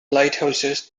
lighthouses